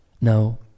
No